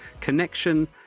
Connection